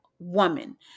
woman